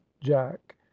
jack